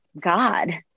God